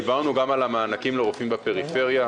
דיברנו גם על המענקים לרופאים בפריפריה.